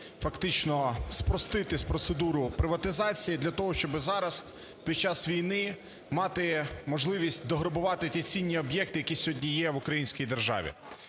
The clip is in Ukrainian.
фактично спростити процедуру приватизації для того, щоби зараз, під час війни, мати можливістьдограбувати ті цінні об'єкти, які сьогодні є в Українській державі.